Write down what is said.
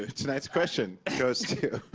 tonight's question goes to